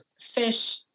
fish